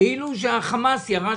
כאילו שהחמאס לא רצה